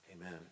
Amen